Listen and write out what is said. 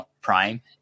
prime